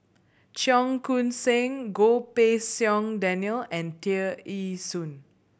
Cheong Koon Seng Goh Pei Siong Daniel and Tear Ee Soon